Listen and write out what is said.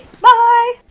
Bye